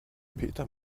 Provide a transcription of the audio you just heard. peter